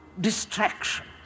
distraction